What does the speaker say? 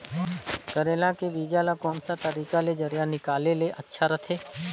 करेला के बीजा ला कोन सा तरीका ले जरिया निकाले ले अच्छा रथे?